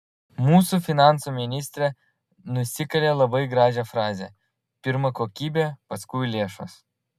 mūsų finansų ministrė nusikalė labai gražią frazę pirma kokybė paskui lėšos